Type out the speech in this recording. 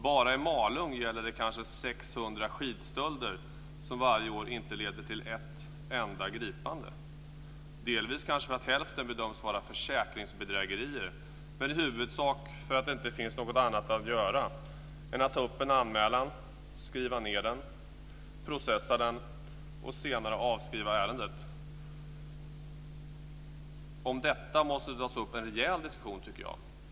Bara i Malung gäller det kanske 600 skidstölder som varje år inte leder till ett enda gripande, delvis kanske därför att hälften bedöms vara försäkringsbedrägerier men i huvudsak därför att det inte finns något annat att göra än att ta upp anmälan, skriva ned den, processa den och senare avskriva ärendet. Om detta måste det tas upp en rejäl diskussion.